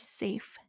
safe